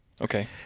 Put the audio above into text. Okay